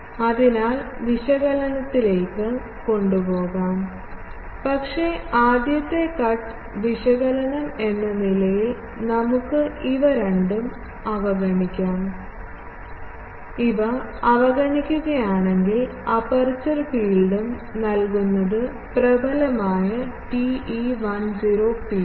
അതിനാൽ വിശകലനത്തിലേക്ക് കൊണ്ടുപോകാം പക്ഷേ ആദ്യത്തെ കട്ട് വിശകലനം എന്ന നിലയിൽ നമുക്ക് ഇവ രണ്ടും അവഗണിക്കാം ഇവ അവഗണിക്കുകയാണെങ്കിൽ അപ്പേർച്ചർ ഫീൽഡും നൽകുന്നത് പ്രബലമായ TE10 ഫീൽഡ്